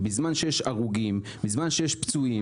בזמן שיש הרוגים ופצועים,